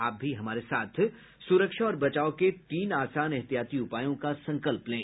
आप भी हमारे साथ सुरक्षा और बचाव के तीन आसान एहतियाती उपायों का संकल्प लें